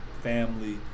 family